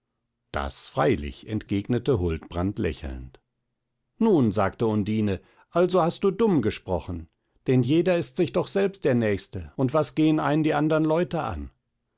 das freilich entgegnete huldbrand lächelnd nun sagte undine also hast du dumm gesprochen denn jeder ist sich doch selbst der nächste und was gehen einen die andern leute an